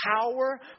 power